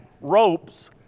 ropes